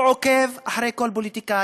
הוא עוקב אחרי כל פוליטיקאי,